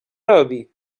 robi